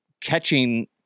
catching